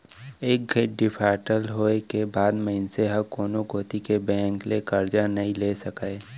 एक घइत डिफाल्टर होए के बाद मनसे ह कोनो कोती के बेंक ले करजा नइ ले सकय